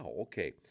Okay